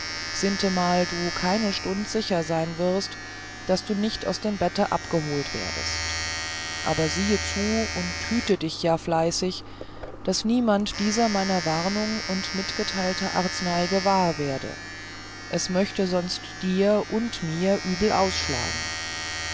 sintemal du keine stunde sicher sein wirst daß du nicht aus dem bette abgeholet werdest aber siehe zu und hüte dich ja fleißig daß niemand dieser meiner warnung und mitgeteilten arznei gewahr werde es möchte sonst dir und mir übel ausschlagen